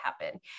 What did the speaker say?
happen